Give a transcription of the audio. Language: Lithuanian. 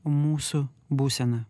mūsų būseną